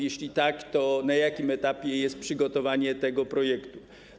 Jeśli tak, to na jakim etapie jest przygotowanie tego projektu?